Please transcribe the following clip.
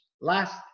Last